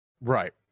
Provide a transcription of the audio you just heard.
Right